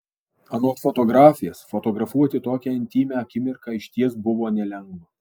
anot fotografės fotografuoti tokią intymią akimirką išties buvo nelengva